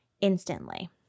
instantly